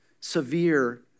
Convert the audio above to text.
severe